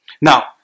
Now